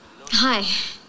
Hi